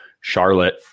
Charlotte